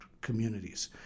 communities